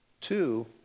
Two